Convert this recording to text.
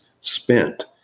spent